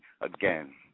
again